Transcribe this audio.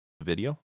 Video